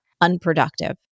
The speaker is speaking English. unproductive